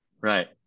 Right